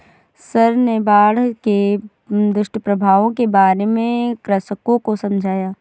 sir ने बाढ़ के दुष्प्रभावों के बारे में कृषकों को समझाया